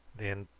then,